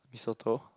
Mee-Soto